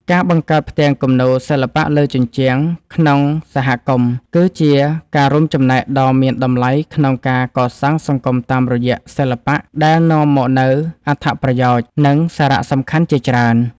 ការបង្កើតផ្ទាំងគំនូរសិល្បៈលើជញ្ជាំងក្នុងសហគមន៍ គឺជាការរួមចំណែកដ៏មានតម្លៃក្នុងការកសាងសង្គមតាមរយៈសិល្បៈ ដែលនាំមកនូវអត្ថប្រយោជន៍ និងសារៈសំខាន់ជាច្រើន។